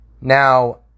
Now